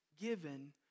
given